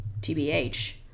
TBH